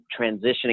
transitioning